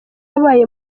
yabaye